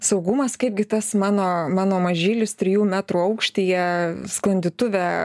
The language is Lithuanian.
saugumas kaipgi tas mano mano mažylis trijų metrų aukštyje sklandytuve